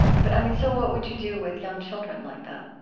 but, i mean, so what would you do with young children like that?